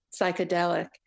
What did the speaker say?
psychedelic